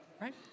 Right